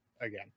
again